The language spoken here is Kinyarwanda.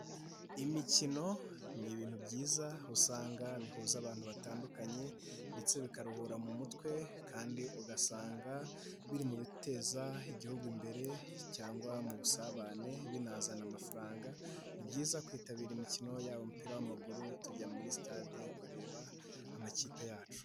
Imikino ni ibintu byiza usanga bihuza abantu batandukanye ndetse bikaruhura mu mutwe kandi ugasanga biri mu biteza Igihugu imbere cyangwa mu busabane binazana amafaranga, ni byiza kwitabira imikino yaba umupira w'amaguru, tujya muri sitade kureba amakipe yacu.